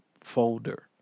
folder